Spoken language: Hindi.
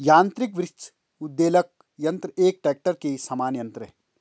यान्त्रिक वृक्ष उद्वेलक यन्त्र एक ट्रेक्टर के समान यन्त्र है